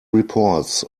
reports